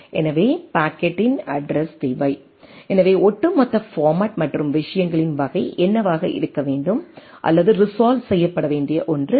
எனவே பாக்கெட்டின் அட்ரஸ் தேவை எனவே ஒட்டுமொத்த பார்மட் மற்றும் விஷயங்களின் வகை என்னவாக இருக்க வேண்டும் அல்லது ரீசால்வ் செய்யப்பட வேண்டிய ஒன்று உள்ளது